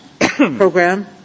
program